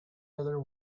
other